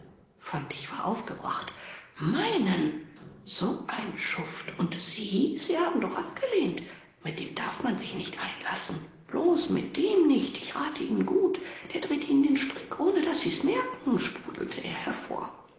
fantig war aufgebracht meinen so ein schuft und sie sie haben doch abgelehnt mit dem darf man sich nicht einlassen bloß mit dem nicht ich rate ihnen gut der dreht ihnen den strick ohne daß sie's merken sprudelte er hervor